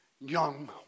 young